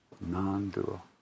non-dual